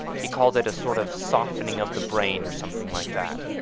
he called it a sort of softening of the brain or something like that.